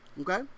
okay